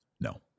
No